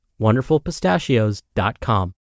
WonderfulPistachios.com